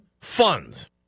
funds